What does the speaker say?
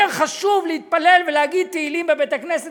יותר חשוב להתפלל ולהגיד תהילים בבית-הכנסת